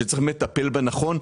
שצריך לטפל בה נכון,